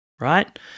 right